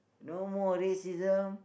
no more racism